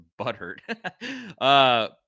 butthurt